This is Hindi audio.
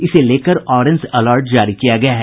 इसे लेकर ऑरेंज अलर्ट जारी किया गया है